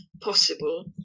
possible